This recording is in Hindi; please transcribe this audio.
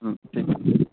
ठीक